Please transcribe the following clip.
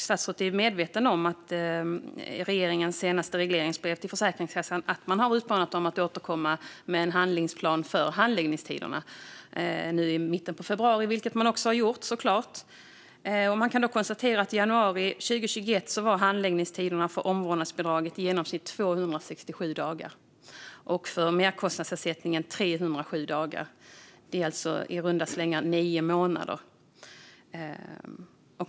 Statsrådet är medveten om att Försäkringskassan i regeringens senaste regleringsbrev uppmanas att återkomma med en handlingsplan för handläggningstiderna nu i mitten av februari, vilket man också såklart har gjort. Man kan konstatera att i januari 2021 var handläggningstiden för omvårdnadsbidrag i genomsnitt 267 dagar och för merkostnadsersättningen 307 dagar. Det är i runda slängar nio månader.